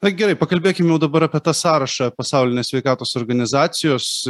na gerai pakalbėkim jau dabar apie tą sąrašą pasaulinės sveikatos organizacijos